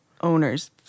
owners